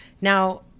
Now